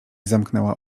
zamknęła